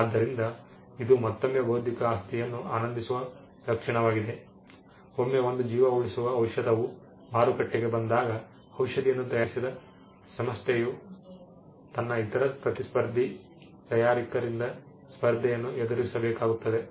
ಆದ್ದರಿಂದ ಇದು ಮತ್ತೊಮ್ಮೆ ಬೌದ್ಧಿಕ ಆಸ್ತಿಯನ್ನು ಆನಂದಿಸುವ ಲಕ್ಷಣವಾಗಿದೆ ಒಮ್ಮೆ ಒಂದು ಜೀವ ಉಳಿಸುವ ಔಷಧವು ಮಾರುಕಟ್ಟೆಗೆ ಬಂದಾಗ ಔಷಧಿಯನ್ನು ತಯಾರಿಸಿದ ಸಂಸ್ಥೆಯು ತನ್ನ ಇತರ ಪ್ರತಿಸ್ಪರ್ಧಿ ತಯಾರಿಕರಿಂದ ಸ್ಪರ್ಧೆಯನ್ನು ಎದುರಿಸಬೇಕಾಗುತ್ತದೆ